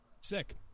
Sick